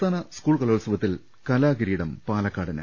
സംസ്ഥാന സ്കൂൾ കലോത്സവത്തിൽ കലാകിരീടം പാലക്കാടിന്